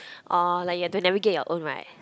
uh like you have to navigate your own right